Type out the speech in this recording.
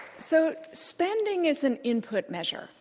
so spending is an input measure.